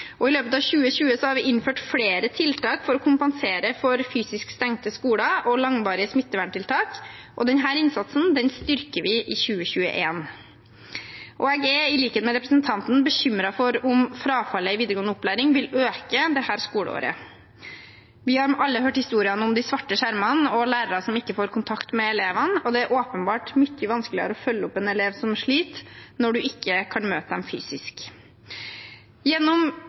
I løpet av 2020 har vi innført flere tiltak for å kompensere for fysisk stengte skoler og langvarige smitteverntiltak, og denne innsatsen styrker vi i 2021. Jeg er, i likhet med representanten, bekymret for om frafallet i videregående opplæring vil øke dette skoleåret. Vi har alle hørt historiene om de svarte skjermene og lærere som ikke får kontakt med elevene, og det er åpenbart mye vanskeligere å følge opp elever som sliter, når man ikke kan møte dem fysisk. Gjennom